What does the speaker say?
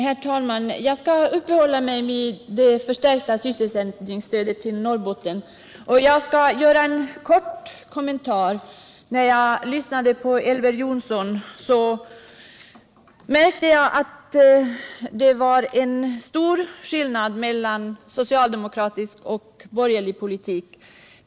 Herr talman! Jag skall uppehålla mig vid det förstärkta sysselsättningsstödet till Norrbotten. Först vill jag göra en kort kommentar till Elver Jonssons inlägg, för av det märkte jag att det är stor skillnad mellan socialdemokratisk och borgerlig politik.